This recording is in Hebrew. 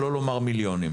שלא לומר מיליונים.